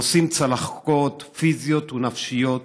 נושאים צלקות פיזיות ונפשיות